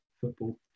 football